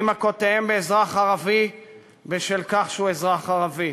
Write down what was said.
מכותיהם באזרח ערבי בשל כך שהוא אזרח ערבי.